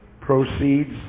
Proceeds